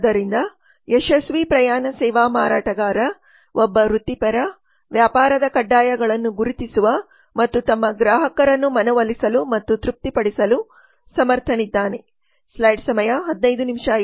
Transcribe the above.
ಆದ್ದರಿಂದ ಯಶಸ್ವಿ ಪ್ರಯಾಣ ಸೇವಾ ಮಾರಾಟಗಾರಒಬ್ಬ ವೃತ್ತಿಪರ ವ್ಯಾಪಾರದ ಕಡ್ಡಾಯಗಳನ್ನು ಗುರುತಿಸುವ ಮತ್ತು ತಮ್ಮ ಗ್ರಾಹಕರನ್ನು ಮನವೊಲಿಸಲು ಮತ್ತು ತೃಪ್ತಿಪಡಿಸಲು ಸಮರ್ಥನಿದ್ದಾನೆ